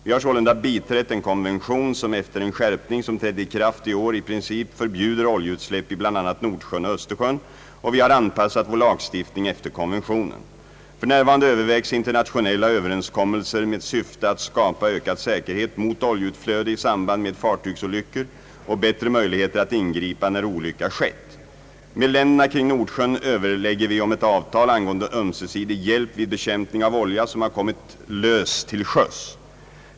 Vi har sålunda biträtt en konvention som efter en skärpning som trädde i kraft i år i princip förbjuder oljeutsläpp i bl.a. Nordsjön och öÖstersjön och vi har anpassat vår lagstiftning efter konventionen. F. n. övervägs internationella överenskommelser med syfte att skapa ökad säkerhet mot oljeutflöde i samband med fartygsolyckor och bättre möjligheter att ingripa när olycka skett. Med länderna kring Nordsjön överlägger vi om ett avtal angående ömsesidig hjälp vid bekämpning av olja som har kommit lös till sjöss.